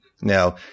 Now